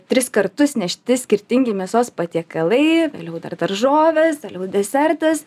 tris kartus nešti skirtingi mėsos patiekalai vėliau dar daržovės vėliau desertas